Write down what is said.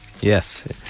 Yes